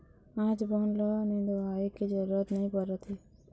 आज बन ल निंदवाए के जरूरत नइ परत हे